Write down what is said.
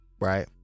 right